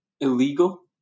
Illegal